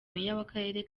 w’akarere